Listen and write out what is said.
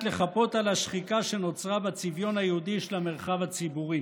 לחפות על השחיקה שנוצרה בצביון היהודי של המרחב הציבורי.